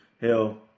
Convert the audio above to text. Hell